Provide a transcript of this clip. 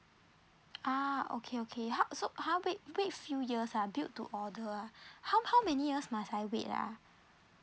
ah okay okay how so how wait wait few years ah built to order ah how how many years must I wait ah